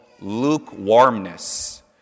lukewarmness